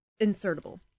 insertable